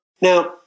Now